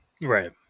Right